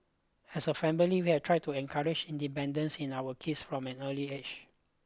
as a family we have tried to encourage independence in our kids from an early age